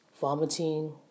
vomiting